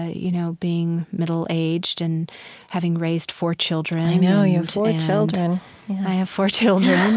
ah you know being middle-aged and having raised four children, i know. you have four children i have four children